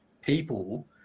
people